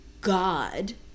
god